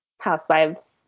housewives